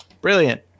Brilliant